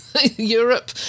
Europe